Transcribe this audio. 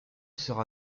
sera